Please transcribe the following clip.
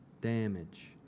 damage